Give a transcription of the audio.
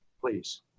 please